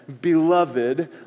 Beloved